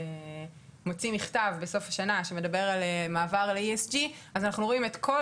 מוציא מכתב בסוף השנה שמדבר על מעבר ל-ESG אנחנו רואים את כל